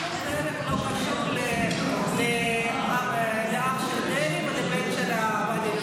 דרך לא קשור לאח של דרעי ולבן של עובדיה יוסף?